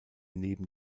neben